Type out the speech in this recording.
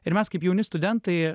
ir mes kaip jauni studentai